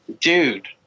dude